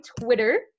Twitter